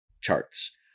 charts